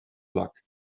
luck